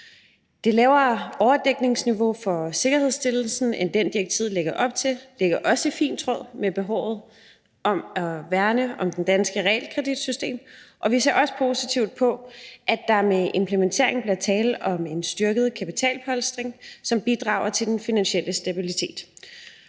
Det lavere overdækningsniveau for sikkerhedsstillelsen end det, direktivet lægger op til, ligger også i fin tråd med behovet for at værne om det danske realkreditsystem. Vi ser også positivt på, at der med implementeringen bliver tale om en styrket kapitalpolstring, som bidrager til den finansielle stabilitet.